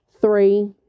Three